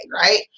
right